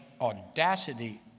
audacity